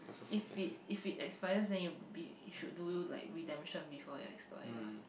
if it if it expires then you be should do like redemption before you expires